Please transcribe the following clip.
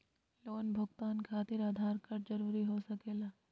Loan भुगतान खातिर Aadhaar card जरूरी हो सके ला?